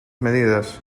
medidas